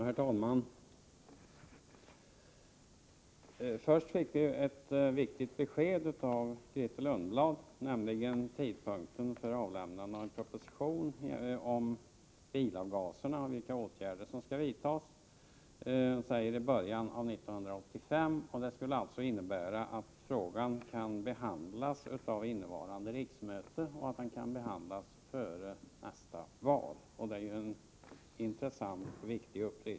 Herr talman! Först fick vi ett viktigt besked av Grethe Lundblad, nämligen om tidpunkten för avlämnande av en proposition om vilka åtgärder som skall vidtas mot bilavgaserna. Den kommer i början av 1985, sade Grethe Lundblad. Det skulle alltså innebära att frågan kan behandlas av innevarande riksmöte och att den kan behandlas före nästa val. Det är en intressant och viktig upplysning.